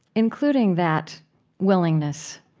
including that willingness,